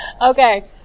Okay